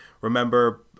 remember